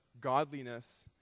godliness